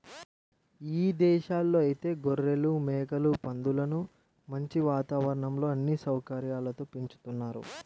ఇదేశాల్లో ఐతే గొర్రెలు, మేకలు, పందులను మంచి వాతావరణంలో అన్ని సౌకర్యాలతో పెంచుతున్నారు